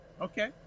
Okay